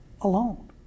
alone